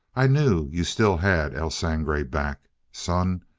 i knew you still had el sangre back. son,